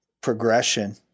progression